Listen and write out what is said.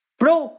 bro